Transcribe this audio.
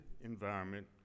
environment